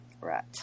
Right